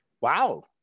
Wow